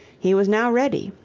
he was now ready,